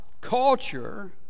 culture